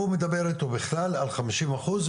הוא מדבר איתו בכלל על חמישים אחוז,